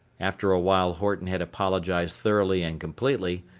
after a while horton had apologized thoroughly and completely,